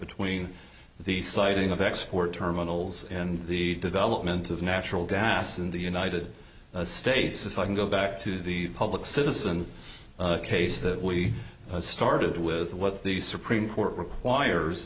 between the siting of export terminals and the development of natural gas in the united states if i can go back to the public citizen case that we started with what the supreme court requires